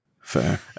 Fair